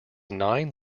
nine